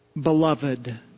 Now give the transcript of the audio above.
beloved